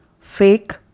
fake